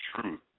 truth